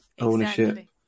ownership